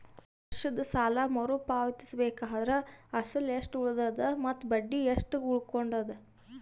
ವರ್ಷದ ಸಾಲಾ ಮರು ಪಾವತಿಸಬೇಕಾದರ ಅಸಲ ಎಷ್ಟ ಉಳದದ ಮತ್ತ ಬಡ್ಡಿ ಎಷ್ಟ ಉಳಕೊಂಡದ?